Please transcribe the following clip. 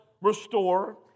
restore